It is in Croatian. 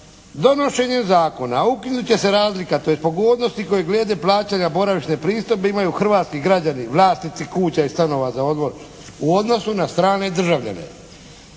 Donošenjem zakona ukinut će se razlika te pogodnosti koje glede plaćanja boravišne pristojbe imaju hrvatski građani, vlasnici kuća i stanova za odmor u odnosu na strane državljane.